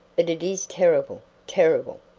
but it is terrible terrible.